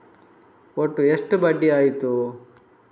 ಒಟ್ಟು ಎಷ್ಟು ಬಡ್ಡಿ ಆಯಿತು?